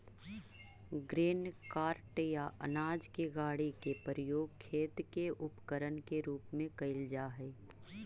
grain cart या अनाज के गाड़ी के प्रयोग खेत के उपकरण के रूप में कईल जा हई